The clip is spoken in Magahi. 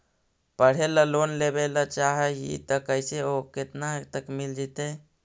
पढ़े ल लोन लेबे ल चाह ही त कैसे औ केतना तक मिल जितै?